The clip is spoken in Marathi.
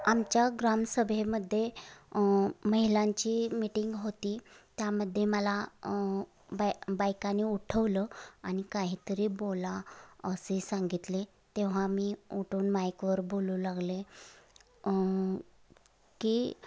आमच्या ग्रामसभेमध्ये महिलांची मिटिंग होती त्यामध्ये मला बाय बायकांनी उठवलं आणि काहीतरी बोला असे सांगितले तेव्हा मी उठून माईकवर बोलू लागले की